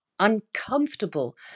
Uncomfortable